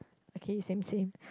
okay same same